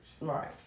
Right